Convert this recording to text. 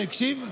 שהקשיב,